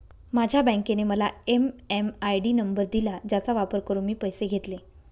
माझ्या बँकेने मला एम.एम.आय.डी नंबर दिला ज्याचा वापर करून मी पैसे घेतले